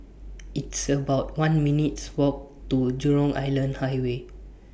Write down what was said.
It's about one minutes' Walk to Jurong Island Highway